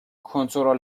کنترل